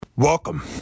Welcome